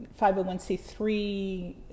501c3